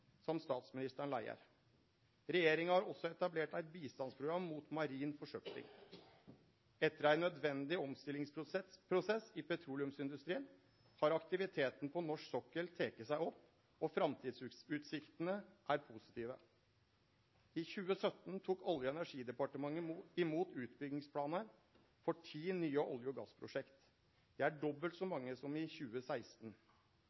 Regjeringa har også etablert eit bistandsprogram mot marin forsøpling. Etter ein nødvendig omstillingsprosess i petroleumsindustrien har aktiviteten på norsk sokkel teke seg opp, og framtidsutsiktene er positive. I 2017 tok Olje- og energidepartementet imot utbyggingsplanar for ti nye olje- og gassprosjekt. Det er dobbelt så